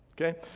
okay